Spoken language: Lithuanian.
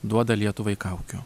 duoda lietuvai kaukių